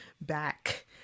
back